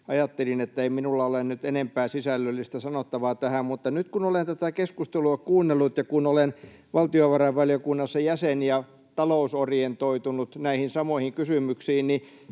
ajattelin, ettei minulla ole nyt enempää sisällöllistä sanottavaa tähän. Mutta nyt kun olen tätä keskustelua kuunnellut ja kun olen valtiovarainvaliokunnassa jäsen ja talousorientoitunut näihin samoihin kysymyksiin, niin